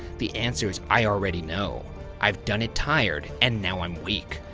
the answers i already know i've done it tired, and now i'm weak.